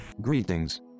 Greetings